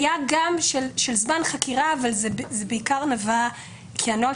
היו גם של זמן חקירה, אבל זה נבע, בעיקר,